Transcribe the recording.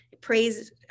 praise